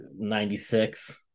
96